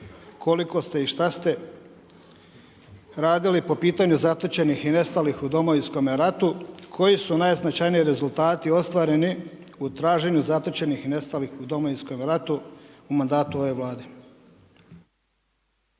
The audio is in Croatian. koliko ste i šta ste radili po pitanju zatočenih i nestalih u Domovinskome ratu, koji su najznačajniji rezultati ostvareni u traženju zatočenih i nestalih u Domovinskom ratu u mandatu ove Vlade?